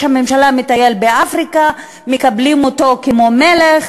מטייל באפריקה, ומקבלים אותו כמו מלך.